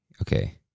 okay